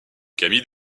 camille